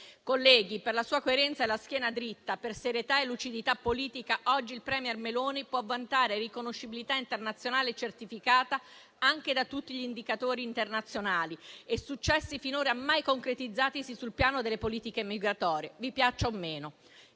Colleghi, per la sua coerenza e la schiena dritta, per serietà e lucidità politica, oggi il *premier* Meloni può vantare riconoscibilità internazionale certificata anche da tutti gli indicatori internazionali e successi finora mai concretizzatisi sul piano delle politiche migratorie, vi piaccia o meno.